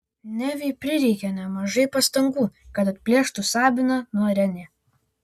neviui prireikė nemažai pastangų kad atplėštų sabiną nuo renė